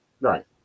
Right